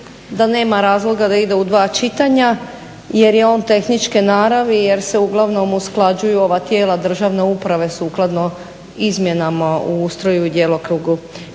da nema razloga da ide u dva čitanja jer je on tehničke naravi jer se uglavnom usklađuju ova tijela državne uprave sukladno izmjenama u ustroju i djelokrugu